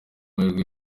mahirwe